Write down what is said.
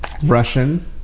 Russian